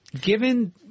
Given